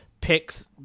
picks